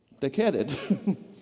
thick-headed